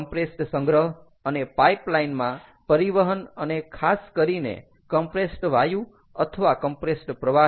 compressed સંગ્રહ અને પાઇપલાઇનમાં પરિવહન અને ખાસ કરીને કમ્પ્રેસ્ડ વાયુ અથવા કમ્પ્રેસ્ડ પ્રવાહી